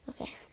Okay